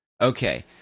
Okay